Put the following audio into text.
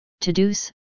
to-dos